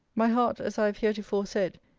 my heart, as i have heretofore said,